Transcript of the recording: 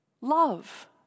Love